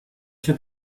się